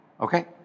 okay